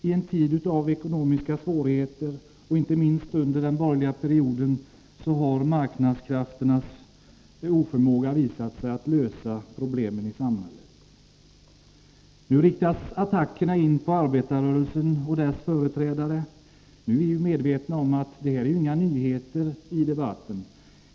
I en tid av ekonomiska svårigheter, inte minst under den borgerliga perioden, har marknadskrafternas oförmåga att lösa problemen i samhället visat sig. Nu riktas attackerna mot arbetarrörelsen och dess företrädare. Vi är medvetna om att det inte är några nyheter i debatten.